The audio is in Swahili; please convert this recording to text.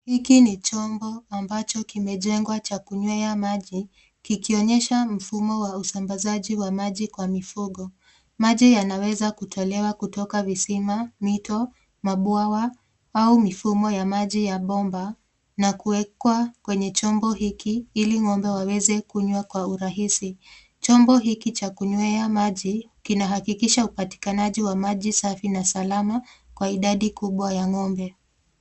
Hiki ni chombo ambacho kimejengwa cha kunywea maji kikionyesha mfumo wa usambazaji wa maji kwa mifugo. Maji yanaweza kutolewa kutoka visima, mito, mabwawa au mifumo ya maji ya bomba na kuwekwa kwenye chombo hiki ili ng'ombe waweze kunywa kwa urahisi. Chombo hiki cha kunywea maji kinahakikisha upatikanaji wa maji safi na salama kwa idadi kubwa ya ng'ombe.